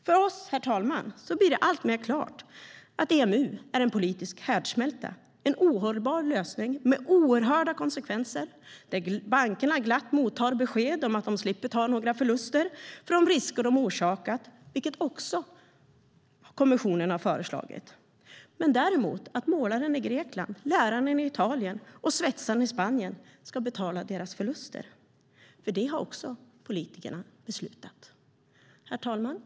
För oss, herr talman, blir det alltmer klart att EMU är en politisk härdsmälta, en ohållbar lösning med oerhörda konsekvenser, där bankerna glatt mottar besked om att de slipper ta några förluster för de risker de orsakat, vilket också kommissionen har föreslagit, men däremot att målaren i Grekland, läraren i Italien och svetsaren i Spanien ska betala deras förluster - för det har också politikerna beslutat. Herr talman!